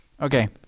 Okay